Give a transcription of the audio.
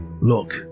look